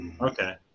Okay